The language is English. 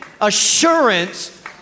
assurance